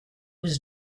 was